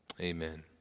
Amen